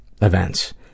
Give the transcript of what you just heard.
events